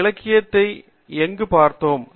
இந்த இலக்கியத்தை எங்கு பார்த்தோம்